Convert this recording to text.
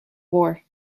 war